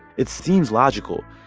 it seems logical,